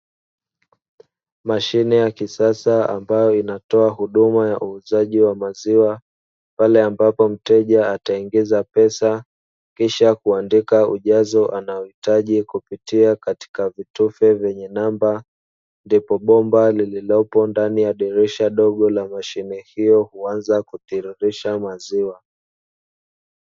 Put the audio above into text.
Mashine ya kisasa ambayo inatoa huduma ya uuzaji wa maziwa pale ambapo mteja ataingiza pesa kisha kuandika ujazo anaouhitaji kupitia katika vitufe vyenye namba, ndipo bomba lililopo ndani ya dirisha dogo la mashine hiyo huanza kutiririsha maziwa.